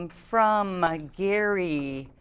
um from gary,